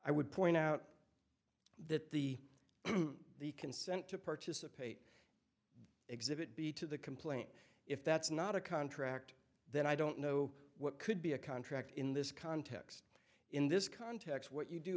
i would point out that the the consent to participate exhibit b to the complaint if that's not a contract then i don't know what could be a contract in this context in this context what you do